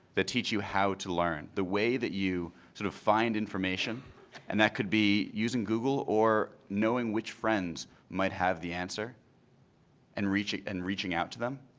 teach you how to learn. the way that you sort of find information and that could be using google or knowing which friends might have the answer and reaching and reaching out to them.